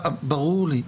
ברור לי.